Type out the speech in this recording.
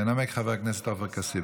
ינמק חבר הכנסת עופר כסיף.